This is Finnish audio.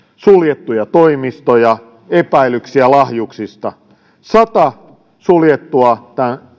suljettuja toimistoja epäilyksiä lahjuksista sata suljettua